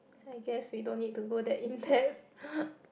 I guess we don't need to go that in depth